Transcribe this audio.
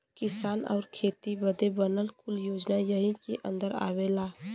किसान आउर खेती बदे बनल कुल योजना यही के अन्दर आवला